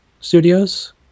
Studios